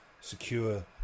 secure